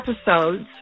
episodes